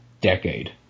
decade